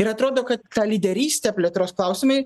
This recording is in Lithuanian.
ir atrodo kad ta lyderystė plėtros klausimai